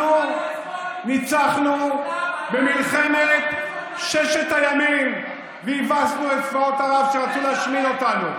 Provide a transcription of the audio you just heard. אנחנו ניצחנו במלחמת ששת הימים והבסנו את צבאות ערב שרצו להשמיד אותנו.